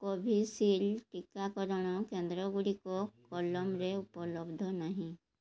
କୋଭିଶିଲ୍ଡ଼୍ ଟିକାକରଣ କେନ୍ଦ୍ରଗୁଡ଼ିକ କୋଲମ୍ରେ ଉପଲବ୍ଧ ନାହିଁ